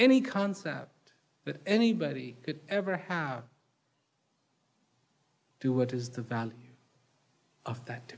any concept that anybody could ever have to what is the value of that